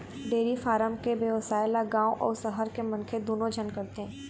dairy farm के बेवसाय ल गाँव अउ सहर के मनखे दूनो झन करथे